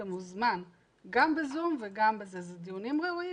אלה דיונים ראויים.